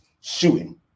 shooting